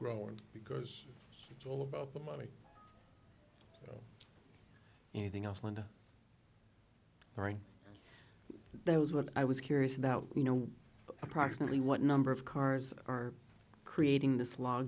growing because it's all about the money anything else linda writes that was what i was curious about you know approximately what number of cars are creating this l